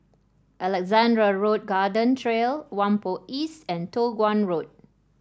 Alexandra Road Garden Trail Whampoa East and Toh Guan Road